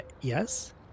Yes